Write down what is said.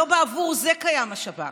לא בעבור זה קיים השב"כ.